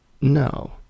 No